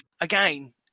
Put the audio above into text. again